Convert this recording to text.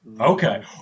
Okay